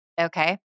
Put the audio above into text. Okay